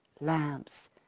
lamps